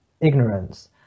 ignorance